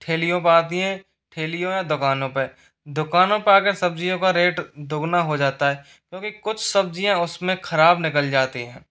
ठेलियों पे आती हैं ठेलियों या दुकानों पे दुकानों पे आके सब्जियों का रेट दुगना हो जाता है क्योंकि कुछ सब्जियाँ उसमें खराब निकल जाती हैं